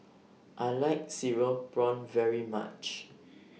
I like Cereal Prawns very much